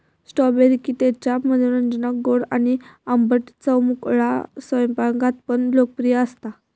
strawberry त्याच्या मनोरंजक गोड आणि आंबट चवमुळा स्वयंपाकात पण लोकप्रिय असता